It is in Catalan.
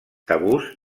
tabús